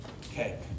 okay